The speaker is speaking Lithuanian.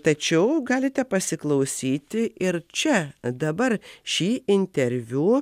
tačiau galite pasiklausyti ir čia dabar šį interviu